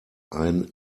ein